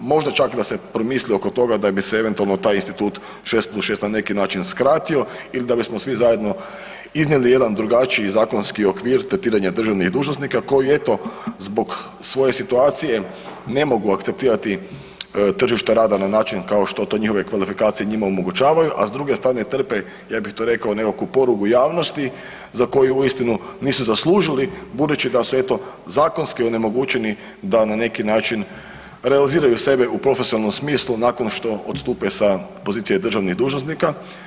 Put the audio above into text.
Možda čak da se promisli oko toga da bi se eventualno taj institut 6 + 6 na neki način skratio ili da bismo svi zajedno iznijeli jedan drugačiji zakonski okvir tretiranja državnih dužnosnika koji eto zbog svoje situacije ne mogu akceptirati tržište rada na način kao što to njihove kvalifikacije njima omogućavaju, a s druge strane trpe ja bih to rekao nekakvu porugu javnosti za koju uistinu nisu zaslužili budući da su eto zakonski onemogućeni da na neki način realiziraju sebe u profesionalnom smislu nakon što odstupe sa pozicije državnih dužnosnika.